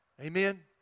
Amen